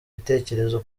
bitekerezo